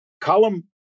Column